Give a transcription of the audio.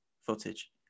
footage